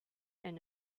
and